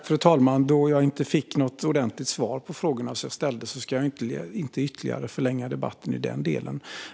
Fru talman! Då jag inte fick något ordentligt svar på frågorna jag ställde ska jag inte ytterligare förlänga debatten i den delen.